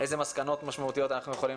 אלו מסקנות משמעותיות אנחנו יכולים